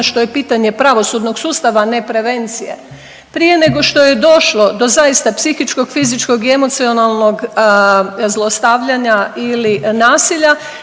što je pitanje pravosudnog sustava, a ne prevencije. Prije nego što je došlo do zaista psihičkog, fizičkog i emocionalnog zlostavljanja ili nasilja,